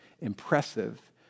Impressive